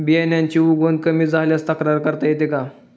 बियाण्यांची उगवण कमी झाल्यास तक्रार करता येते का?